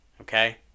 okay